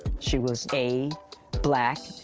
she was a black,